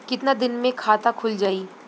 कितना दिन मे खाता खुल जाई?